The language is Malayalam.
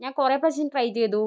ഞാൻ കുറെ പ്രാവശ്യം ട്രൈ ചെയ്തു